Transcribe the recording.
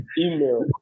Email